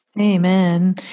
Amen